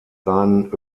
seinen